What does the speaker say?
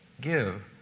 give